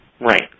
Right